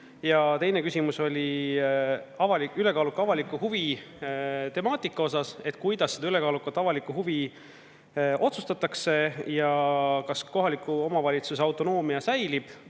Teine küsimus oli ülekaaluka avaliku huvi [määratluse] kohta: kuidas selle ülekaaluka avaliku huvi üle otsustatakse ja kas kohaliku omavalitsuse autonoomia säilib.